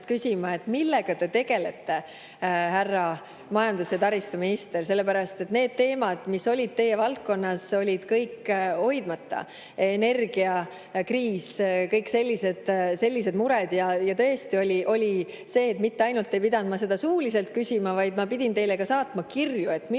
küsima, millega te tegelete, härra majandus‑ ja taristuminister. Sellepärast et need teemad, mis olid teie valdkonnas, olid kõik hoidmata – energiakriis, kõik sellised mured. Ja tõesti oli nii, et ma mitte ainult ei pidanud seda suuliselt küsima, vaid ma pidin teile saatma ka kirju, et millega